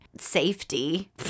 safety